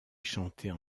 chanter